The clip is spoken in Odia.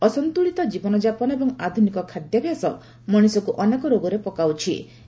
ଅସନ୍ତୁଳିତ ଜୀବନଯାପନ ଏବଂ ଆଧୁନିକ ଖାଦ୍ୟାଭ୍ୟାସ ମଣିଷକୁ ଅନେକ ରୋଗରେ ପକାଉଛି ସେ କହିଛନ୍ତି